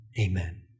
Amen